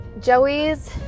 Joey's